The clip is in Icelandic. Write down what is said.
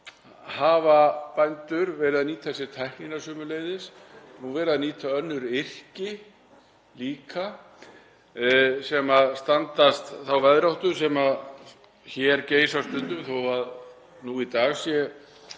hafa bændur verið að nýta sér tæknina og verið að nýta önnur yrki líka sem standast þá veðráttu sem hér geisar stundum, þó að nú í dag sé